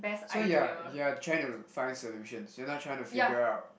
so yeah you're you're trying to find solutions you're not trying to figure out